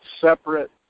separate